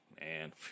Man